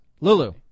Lulu